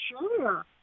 sure